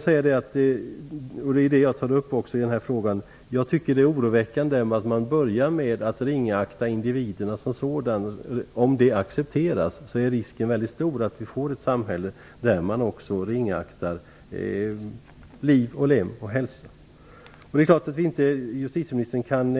Som jag tog upp i min fråga är det oroväckande att man börjar ringakta individerna som sådana. Om detta accepteras är risken stor för att vi får ett samhälle där också liv och hälsa ringaktas. Det är klart att justitieministern inte kan